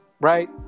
Right